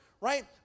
right